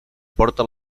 porta